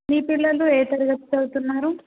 మీ పిల్లలు ఏ తరగతి చదువుతున్నారు